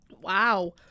Wow